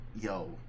Yo